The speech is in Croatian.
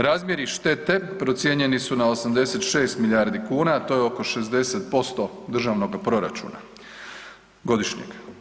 Razmjeri štete procijenjeni su na 86 milijardi kuna, to je oko 60% državnog proračuna godišnjeg.